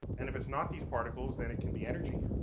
and if it's not these particles, then it can be energy.